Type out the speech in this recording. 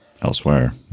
elsewhere